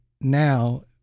now